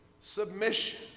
submission